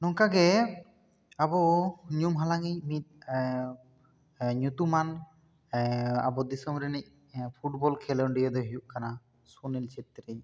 ᱱᱚᱝᱠᱟ ᱜᱮ ᱟᱵᱚ ᱧᱩᱢ ᱦᱟᱞᱟᱝ ᱤᱡ ᱢᱤᱫ ᱧᱩᱛᱩᱢᱟᱱ ᱟᱵᱚ ᱫᱤᱥᱚᱢ ᱨᱤᱱᱤᱡ ᱯᱷᱩᱴᱵᱚᱞ ᱠᱷᱮᱞᱳᱰᱤᱭᱟᱹ ᱫᱚᱭ ᱦᱩᱭᱩᱜ ᱠᱟᱱᱟ ᱥᱩᱱᱤᱞ ᱪᱷᱮᱛᱨᱤ